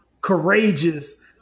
courageous